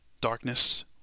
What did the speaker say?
Darkness